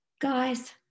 Guys